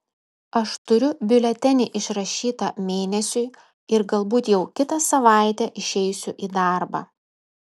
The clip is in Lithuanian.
aš turiu biuletenį išrašytą mėnesiui ir galbūt jau kitą savaitę išeisiu į darbą